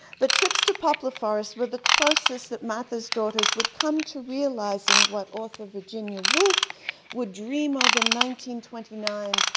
the trips to poplar forest were the closest that martha's daughters would come to realizing what author virginia wolf would dream of in twenty nine,